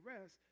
rest